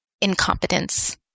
incompetence